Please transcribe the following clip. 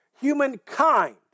humankind